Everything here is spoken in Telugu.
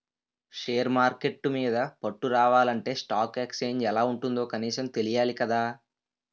షేర్ మార్కెట్టు మీద పట్టు రావాలంటే స్టాక్ ఎక్సేంజ్ ఎలా ఉంటుందో కనీసం తెలియాలి కదా